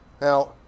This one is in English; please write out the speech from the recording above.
Now